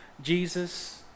jesus